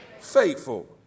faithful